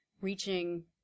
reaching